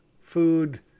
food